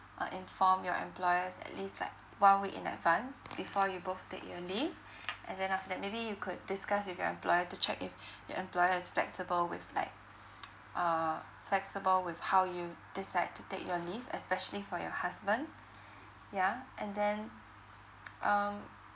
uh inform your employers at least like one week in advance before you both take you leave and then after that maybe you could discuss with your employer to check if your employer is flexible with like uh flexible with how you decide to take your leave especially for your husband ya and then um